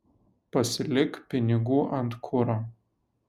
pasilik pinigų ant kuro